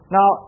Now